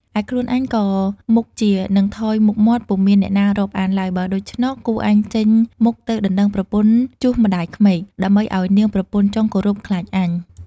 ឯខ្លួនអញក៏មុខជានឹងថយមុខមាត់ ពុំមានអ្នកណា រាប់អានឡើយ បើដូច្នោះ គួរអញចេញមុខទៅដណ្ដឹងប្រពន្ធជូសម្តាយក្មេក ដើម្បីឲ្យនាងប្រពន្ធចុងគោរព ខ្លាចអញ។